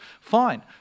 Fine